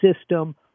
system